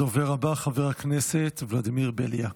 הדובר הבא, חבר הכנסת ולדימיר בליאק.